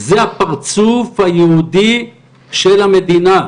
זה הפרצוף היהודי של המדינה.